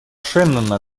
шеннона